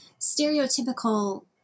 stereotypical